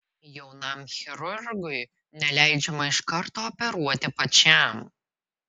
jaunam chirurgui neleidžiama iš karto operuoti pačiam